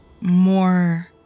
more